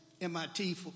MIT